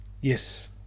yes